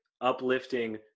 uplifting